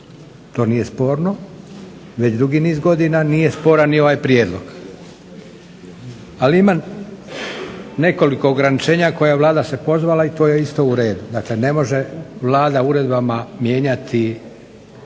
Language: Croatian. To nije sporno. Već dugi niz godina nije sporan ni ovaj prijedlog. Ali imam nekoliko ograničenja koje Vlada se pozvala i to je isto uredu. Dakle, ne može Vlada uredbama mijenjati